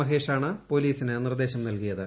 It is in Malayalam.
മഹേഷാണ് പൊലീസിന്റ് നിർദ്ദേശം നല്കിയത്